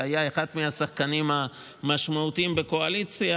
שהיה אחד מהשחקנים המשמעותיים בקואליציה.